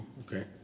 okay